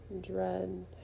dread